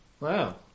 wow